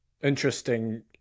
interesting